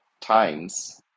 times